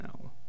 No